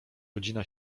godzina